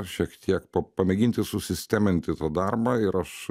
šiek tiek pa pamėginti susisteminti tą darbą ir aš